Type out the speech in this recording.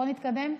בוא נתקדם.